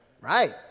Right